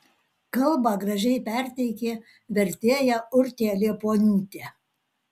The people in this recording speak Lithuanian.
kalbą gražiai perteikė vertėja urtė liepuoniūtė